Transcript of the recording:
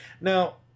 Now